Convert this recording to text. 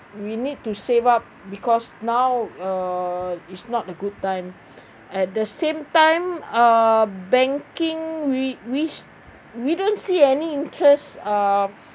we need to save up because now uh is not a good time at the same time uh banking we which we don't see any interest uh